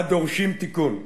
הדורשים תיקון.